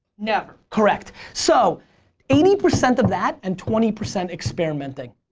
never. correct. so eighty percent of that and twenty percent experimenting.